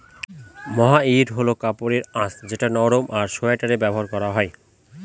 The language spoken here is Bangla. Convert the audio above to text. মহাইর হল কাপড়ের আঁশ যেটা নরম আর সোয়াটারে ব্যবহার করা হয়